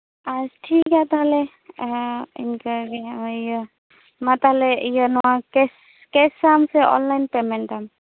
ᱟᱨ ᱴᱷᱤ ᱠ ᱜᱮᱭᱟ ᱛᱟᱦᱞᱮ ᱤᱱᱠᱟᱹ ᱜᱮ ᱱᱚᱜ ᱚᱭ ᱤᱭᱟᱹ ᱢᱟ ᱛᱟᱦᱞᱮ ᱠᱮᱥ ᱚᱱ ᱥᱮ ᱚᱱᱞᱟᱭᱤᱱ ᱯᱮᱢᱮᱱᱴ ᱟᱢ